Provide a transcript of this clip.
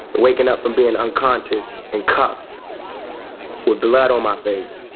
waking up and being unconscious in cuffs with blood on my face,